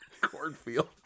cornfield